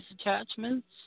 attachments